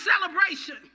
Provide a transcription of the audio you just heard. celebration